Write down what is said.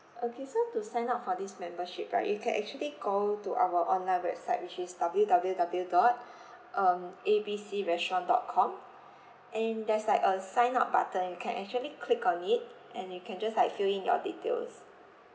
okay so to sign up for this membership right you can actually go to our online website which is W W W dot um A B C restaurant dot com and there's like a sign up button you can actually click on it and you can just like fill in your details